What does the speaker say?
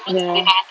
ya